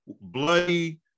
Bloody